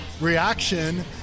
reaction